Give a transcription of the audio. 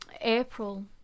April